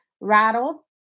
Rattle